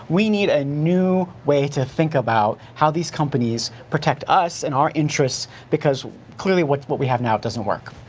we need a new way to think of how these companies protect us and our interests because clearly what what we have now doesn't work.